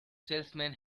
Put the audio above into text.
salesman